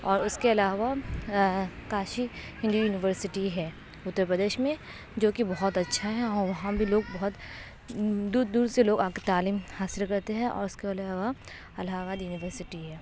اور اس کے علاوہ کاشی ہندو یونیورسٹی ہے اتر پردیش میں جو کہ بہت اچھا ہے اور وہاں بھی لوگ بہت دور دور سے لوگ آ کے لوگ تعلیم حاصل کرتے ہے اور اس کے علاوہ الہ آباد یونیورسٹی ہے